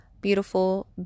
beautiful